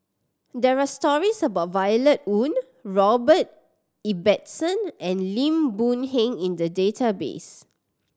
there are stories about Violet Oon Robert Ibbetson and Lim Boon Heng in the database